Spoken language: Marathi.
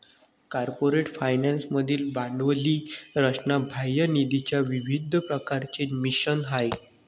कॉर्पोरेट फायनान्स मधील भांडवली रचना बाह्य निधीच्या विविध प्रकारांचे मिश्रण आहे